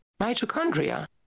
mitochondria